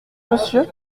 monsieur